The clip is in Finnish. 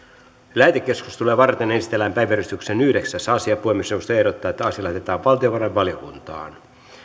lähetekeskustelua varten esitellään päiväjärjestyksen yhdeksäs asia puhemiesneuvosto ehdottaa että asia lähetetään valtiovarainvaliokuntaan